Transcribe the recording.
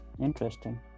interesting